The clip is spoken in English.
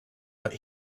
but